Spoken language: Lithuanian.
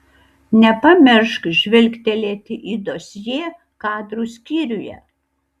nepamiršk žvilgtelėti į dosjė kadrų skyriuje